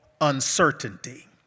uncertainty